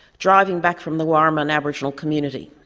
driving back from the warmun aboriginal community.